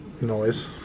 noise